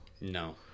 No